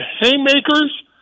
haymakers